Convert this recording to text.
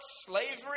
slavery